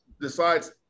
decides